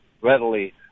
readily